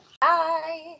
Bye